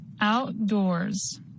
outdoors